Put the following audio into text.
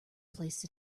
placed